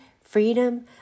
freedom